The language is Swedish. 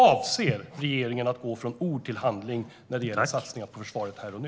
Avser regeringen att gå från ord till handling när det gäller satsningar på försvaret här och nu?